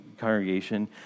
congregation